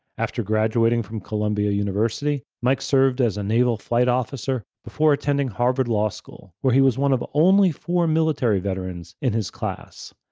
after graduating from columbia university, mike served as a naval flight officer before attending harvard law school, where he was one of only four military veterans in his class.